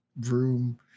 room